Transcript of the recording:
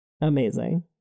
Amazing